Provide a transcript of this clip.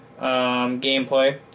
gameplay